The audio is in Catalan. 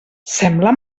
sembla